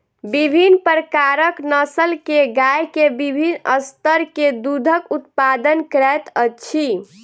विभिन्न प्रकारक नस्ल के गाय के विभिन्न स्तर के दूधक उत्पादन करैत अछि